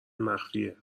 مخفیه